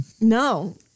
no